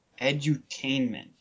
edutainment